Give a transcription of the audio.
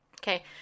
Okay